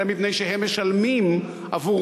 אלא מפני שהם משלמים עבורו.